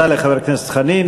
תודה לחבר הכנסת חנין.